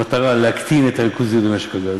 במטרה להקטין את הריכוזיות במשק הגז,